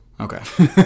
Okay